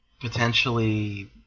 potentially